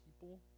people